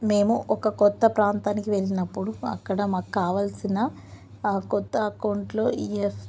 మేము ఒక కొత్త ప్రాంతానికి వెళ్ళినప్పుడు అక్కడ మాకు కావాలసిన కొత్త అకౌంట్లో ఈఎఫ్